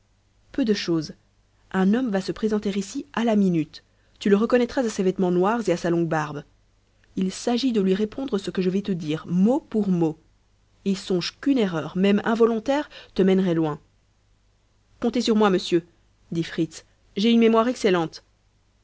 peu de chose un homme va se présenter ici à la minute tu le reconnaîtras à ses vêtements noirs et à sa longue barbe il s'agit de lui répondre ce que je vais te dire mot pour mot et songe qu'une erreur même involontaire te mènerait loin comptez sur moi monsieur dit fritz j'ai une mémoire excellente